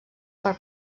per